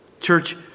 Church